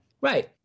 Right